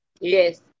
Yes